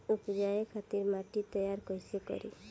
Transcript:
उपजाये खातिर माटी तैयारी कइसे करी?